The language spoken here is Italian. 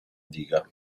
diga